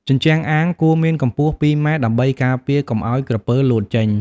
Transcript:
ជញ្ជាំងអាងគួរមានកម្ពស់២ ម៉ែត្រ ដើម្បីការពារកុំឲ្យក្រពើលោតចេញ។